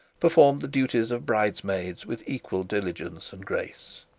performed the duties of bridesmaids with equal diligence and grace.